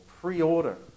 pre-order